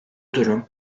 durum